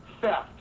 theft